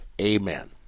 Amen